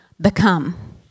become